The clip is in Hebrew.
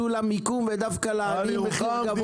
ניצול המיקום, ודווקא לעניים מחיר גבוה יותר.